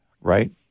right